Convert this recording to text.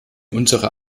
unserer